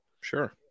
Sure